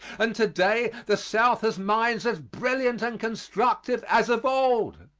and to-day the south has minds as brilliant and constructive as of old.